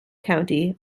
county